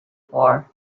for